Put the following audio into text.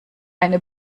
eine